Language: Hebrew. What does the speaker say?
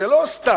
זה לא סתם,